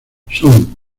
son